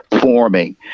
forming